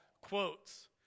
quotes